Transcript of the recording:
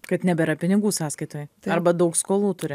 kad nebėra pinigų sąskaitoj arba daug skolų turi